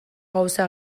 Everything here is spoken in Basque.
gauza